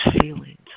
feelings